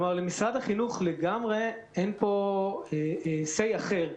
למשרד החינוך לגמרי אין פה say אחר,